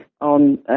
on